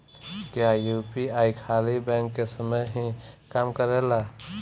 क्या यू.पी.आई खाली बैंक के समय पर ही काम करेला?